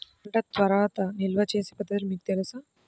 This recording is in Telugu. పంట తర్వాత నిల్వ చేసే పద్ధతులు మీకు తెలుసా?